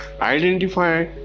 identify